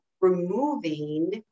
removing